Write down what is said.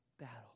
battle